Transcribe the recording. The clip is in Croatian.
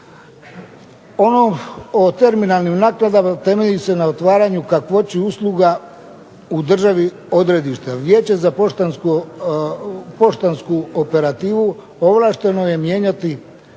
Ono o terminalnim nakladama temelji se na otvaranju kakvoći usluga u državi odredišta. Vijeće za poštansku operativu ovlašteno je mijenjati